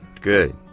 Good